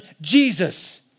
Jesus